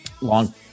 long